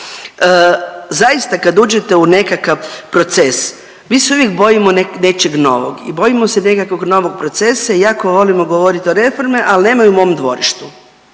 Zaista kad uđete u nekakav proces mi se uvijek bojimo nečeg novog i bojimo se nekakvog procesa i jako volimo govorit o reformi, ali nemoj u mom dvorištu,